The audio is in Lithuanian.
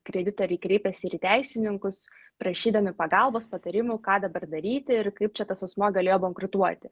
kreditoriai kreipiasi ir į teisininkus prašydami pagalbos patarimų ką dabar daryti ir kaip čia tas asmuo galėjo bankrutuoti